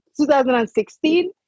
2016